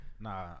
Nah